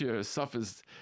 suffers